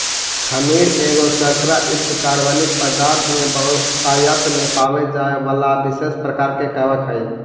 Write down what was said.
खमीर एगो शर्करा युक्त कार्बनिक पदार्थ में बहुतायत में पाबे जाए बला विशेष प्रकार के कवक हई